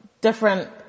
different